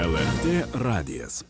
lrt radijas